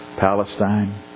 Palestine